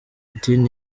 putin